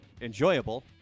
enjoyable